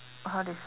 how do you